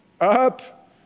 up